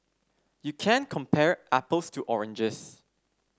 you can't compare apples to oranges